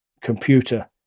computer